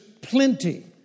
plenty